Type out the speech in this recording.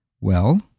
Well